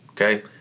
okay